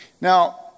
Now